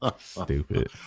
stupid